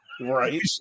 right